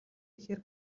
ихээр